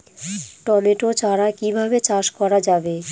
Tomato চারা কিভাবে চাষ করা যাবে?